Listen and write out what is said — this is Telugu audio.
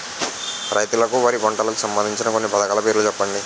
రైతులకు వారి పంటలకు సంబందించిన కొన్ని పథకాల పేర్లు చెప్పండి?